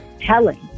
telling